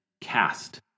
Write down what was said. cast